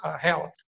health